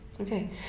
Okay